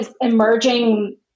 emerging